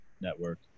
network